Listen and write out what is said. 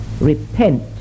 repent